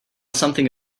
something